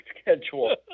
schedule